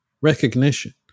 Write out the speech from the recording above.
recognition